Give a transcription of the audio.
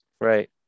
Right